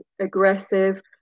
aggressive